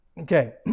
Okay